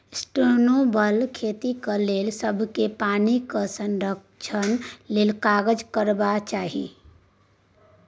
sustainable खेतीक लेल सबकेँ पानिक संरक्षण लेल काज करबाक चाही